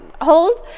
hold